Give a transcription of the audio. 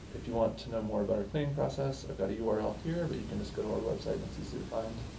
if you want to know more about our cleaning process, i've got a url here but you can just go to our website and it's easier to find.